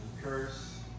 curse